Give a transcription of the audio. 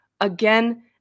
again